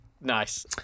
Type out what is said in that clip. Nice